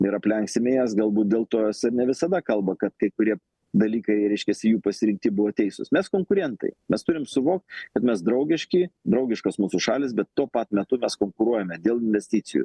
ir aplenksime jas galbūt dėl to jos ir ne visada kalba kad kai kurie dalykai reiškiasi jų pasirinkti buvo teisūs mes konkurentai mes turim suvokt kad mes draugiški draugiškos mūsų šalys bet tuo pat metu mes konkuruojame dėl investicijų